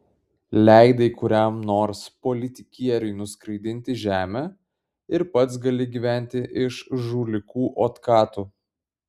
leidai kuriam nors politikieriui nuskraidinti žemę ir pats gali gyventi iš žulikų otkatų